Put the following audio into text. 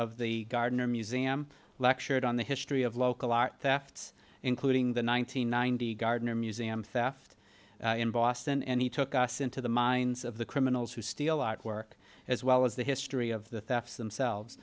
of the gardner museum lectured on the history of local art theft including the one nine hundred ninety gardner museum theft in boston and he took us into the minds of the criminals who steal artwork as well as the history of the thefts themselves